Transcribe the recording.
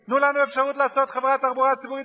תנו לנו אפשרות לעשות חברת תחבורה ציבורית משלנו.